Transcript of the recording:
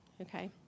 Okay